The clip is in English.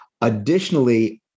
additionally